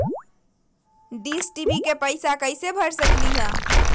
Dish TV के पैईसा कईसे भर सकली?